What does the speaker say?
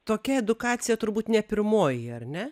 tokia edukacija turbūt ne pirmoji ar ne